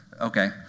okay